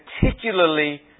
particularly